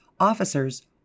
officers